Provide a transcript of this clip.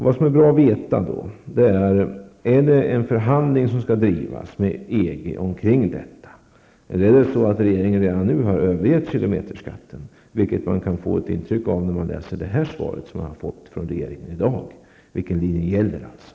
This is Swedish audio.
Det vore då bra att få veta om det skall bedrivas en verklig förhandling med EG eller om regeringen redan nu har övergett kilometerskatten, vilket man kan få intryck av när man läser det svar som regeringen har givit i dag. Vilken linje gäller alltså?